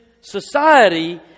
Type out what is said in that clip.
society